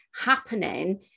happening